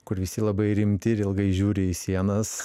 kur visi labai rimti ir ilgai žiūri į sienas